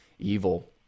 evil